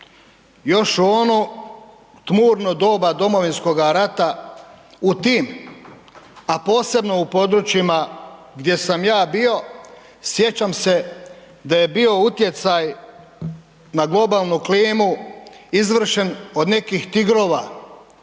još u onom tmurno doba Domovinskoga rata, u tim a posebno u područjima gdje sam ja bio, sjećam se da je bio utjecaj na globalnu klimu izvršen od nekih tigrova,